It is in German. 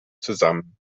zusammen